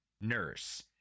nurse